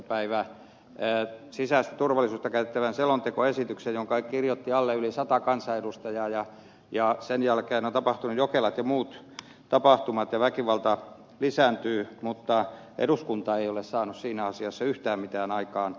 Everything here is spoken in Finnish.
päivä sisäistä turvallisuutta koskevan selontekoesityksen jonka kirjoitti alle yli sata kansanedustajaa ja sen jälkeen on tapahtunut jokelat ja muut tapahtumat ja väkivalta lisääntyy mutta eduskunta ei ole saanut siinä asiassa yhtään mitään aikaan